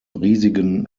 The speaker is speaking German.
riesigen